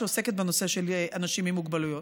שעוסקת בנושא של אנשים עם מוגבלויות.